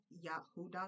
yahoo.com